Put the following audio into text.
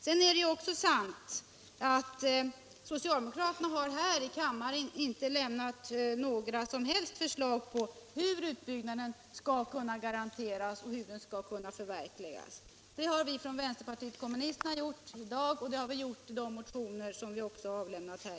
Det är också sant att socialdemokraterna här i kammaren inte har lämnat några som helst förslag på hur utbyggnaden skall kunna garanteras och hur den skall kunna förverkligas. Det har dock vi från vänsterpartiet kommunisterna gjort i dag och i tidigare väckta motioner.